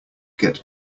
get